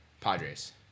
Padres